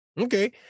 Okay